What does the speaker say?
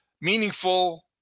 meaningful –